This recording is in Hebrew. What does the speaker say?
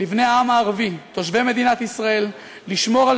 לבני העם הערבי תושבי מדינת ישראל לשמור על